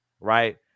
right